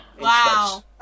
wow